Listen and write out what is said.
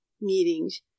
meetings